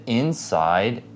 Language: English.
inside